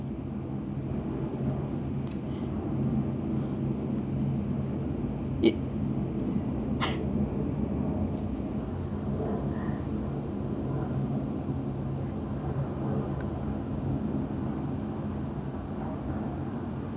it